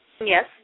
Yes